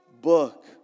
book